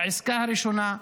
בעסקה הראשונה,